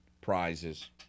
prizes